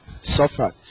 Suffered